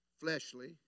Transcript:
fleshly